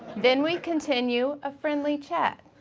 then we continue a friendly chat.